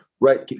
Right